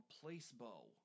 Placebo